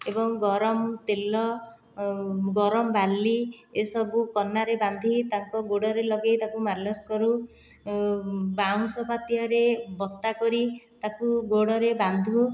ଏବଂ ଗରମ ତେଲ ଗରମ ବାଲି ଏସବୁ କନାରେ ବାନ୍ଧି ତାକୁ ଗୋଡ଼ରେ ଲଗାଇ ତାକୁ ମାଲିସ କରୁ ବାଉଁଶ ପାତିଆରେ ବତା କରି ତାକୁ ଗୋଡ଼ରେ ବାନ୍ଧୁ